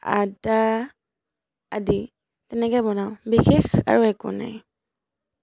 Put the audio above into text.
আদা আদি তেনেকৈ বনাওঁ বিশেষ আৰু একো নাই